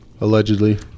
Allegedly